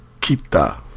Kita